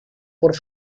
por